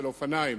של אופניים